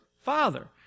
father